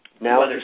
now